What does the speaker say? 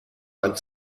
ein